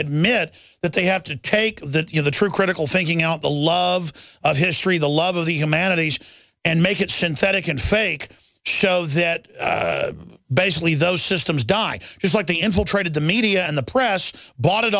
admit that they have to take that you know the true critical thinking out the love of history the love of the humanities and make it synthetic and fake show that basically those systems die it's like the infiltrated the media and the press bought it